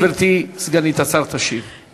ואחרי כן גברתי סגנית השר תשיב.